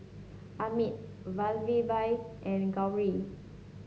Amit Vallabhbhai and Gauri